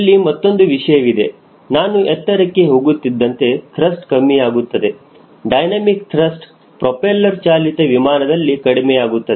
ಇಲ್ಲಿ ಮತ್ತೊಂದು ವಿಷಯವಿದೆ ನಾನು ಎತ್ತರಕ್ಕೆ ಹೋಗುತ್ತಿದ್ದಂತೆ ತ್ರಸ್ಟ್ ಕಮ್ಮಿಯಾಗುತ್ತದೆ ಡೈನಮಿಕ್ ತ್ರಸ್ಟ್ ಪ್ರೋಪೆಲ್ಲರ್ ಚಾಲಿತ ವಿಮಾನದಲ್ಲಿ ಕಡಿಮೆಯಾಗುತ್ತದೆ